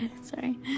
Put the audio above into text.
Sorry